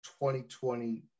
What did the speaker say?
2020